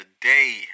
today